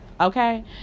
okay